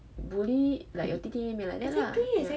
bully like your 弟弟妹妹 like that lah ya